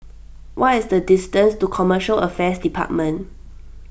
what is the distance to Commercial Affairs Department